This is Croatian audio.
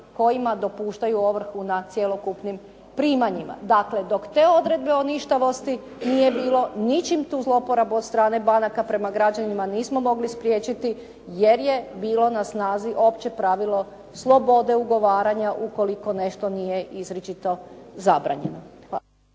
kojima dopuštaju ovrhu na cjelokupnim primanjima. Dakle, dok te odredbe o ništavosti nije bilo, ničim tu zlouporabu od strane banaka prema građanima, nismo mogli spriječiti jer je bilo na snazi opće pravilo slobode ugovaranja ukoliko nešto nije izričito zabranjeno.